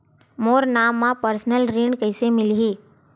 मोर नाम म परसनल ऋण कइसे मिलही?